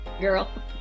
girl